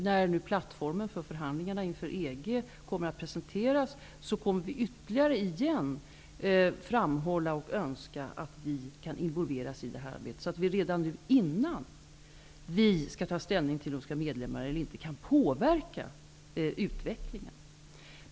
När nu plattformen för förhandlingarna inför EG kommer att presenteras kommer vi återigen att framhålla vår önskan att bli involverade i arbetet, så att vi redan nu, innan vi skall ta ställning till om vi skall bli medlemmar eller inte, kan påverka utvecklingen.